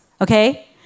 Okay